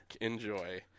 Enjoy